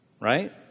Right